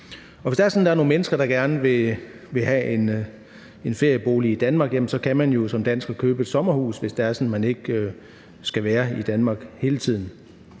hvis det er sådan, at der er nogle mennesker, der gerne vil have en feriebolig i Danmark, kan man jo som dansker købe et sommerhus, altså hvis det er sådan, at man ikke skal være i Danmark hele tiden.